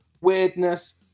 weirdness